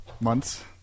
months